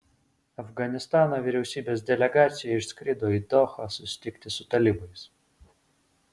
afganistano vyriausybės delegacija išskrido į dohą susitikti su talibais